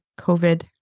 COVID